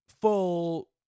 full